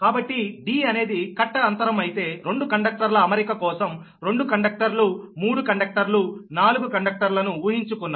కాబట్టి d అనేది కట్ట అంతరం అయితే 2 కండక్టర్ల అమరిక కోసం 2 కండక్టర్లు 3 కండక్టర్లు 4 కండక్టర్లను ఊహించుకున్నాము